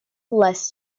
less